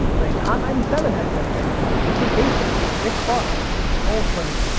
like hot ninety seven had say, like casey kasem, dick clark, soul train,